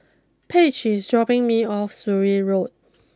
Paige is dropping me off Surin Road